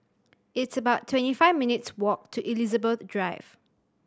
it's about twenty five minutes' walk to Elizabeth Drive